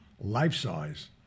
life-size